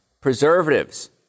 Preservatives